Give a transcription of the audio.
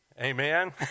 Amen